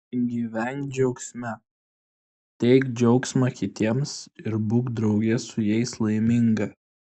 gyvenk džiaugsme teik džiaugsmą kitiems ir būk drauge su jais laiminga